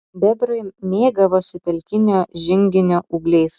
bebrai mėgavosi pelkinio žinginio ūgliais